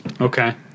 Okay